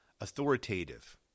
authoritative